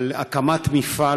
על הקמת מפעל